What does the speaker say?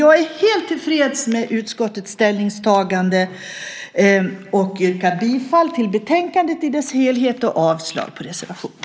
Jag är helt tillfreds med utskottets ställningstagande, och jag yrkar därför bifall till utskottets förslag i dess helhet och avslag på reservationerna.